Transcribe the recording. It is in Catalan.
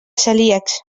celíacs